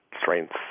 strengths